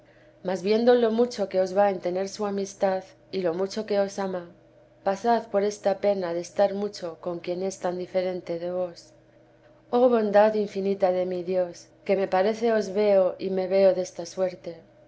mas viendo lo mucho que os va en tener su amistad y lo mucho que os ama pasad por esta pena de estar mucho con quien es tan diferente de vos oh bondad infinita de mi dios que me parece os veo y me veo desta suerte